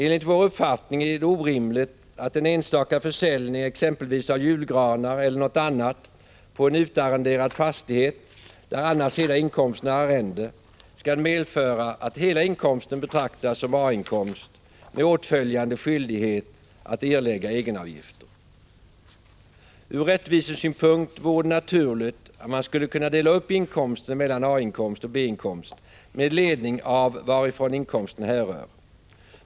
Enligt vår uppfattning är det orimligt att en enstaka försäljning exempelvis av julgranar eller något annat på en utarrenderad fastighet, där annars hela inkomsten är arrende, skall medföra att hela inkomsten betraktas som A-inkomst med åtföljande skyldighet att erlägga egenavgifter. Ur rättvisesynpunkt vore det naturligt att man skulle kunna dela upp inkomsten mellan A-inkomst och B-inkomst med ledning av varifrån inkomsten härrör.